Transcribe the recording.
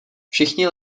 všichni